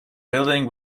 building